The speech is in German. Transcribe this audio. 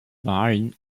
wahlen